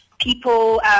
people